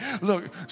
look